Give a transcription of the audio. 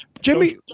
Jimmy